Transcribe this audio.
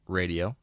radio